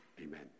Amen